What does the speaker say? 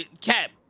Cap